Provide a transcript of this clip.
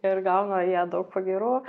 ir gauna jie daug pagyrų